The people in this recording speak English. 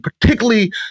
particularly